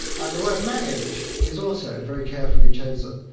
and the word manage is also very carefully chosen.